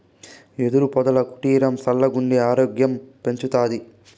యెదురు పొదల కుటీరం సల్లగుండి ఆరోగ్యం పెంచతాది